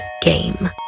game